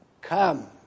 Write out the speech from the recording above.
Come